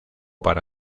para